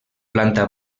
planta